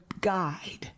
guide